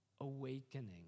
awakening